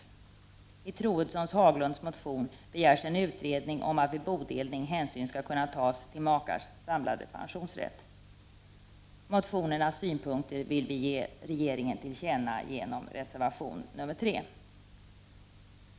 I motionen av Ingegerd Troedsson och Ann-Cathrine Haglund begärs en utredning om hur hänsyn vid bodelning skall kunna tas till makars samlade pensionsrätt. De synpunkter som förs fram i motionerna vill vi ge regeringen till känna genom reservation 3.